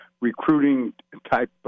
recruiting-type